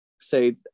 say